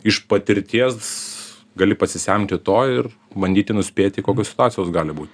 iš patirties gali pasisemti to ir bandyti nuspėti kokios situacijos gali būt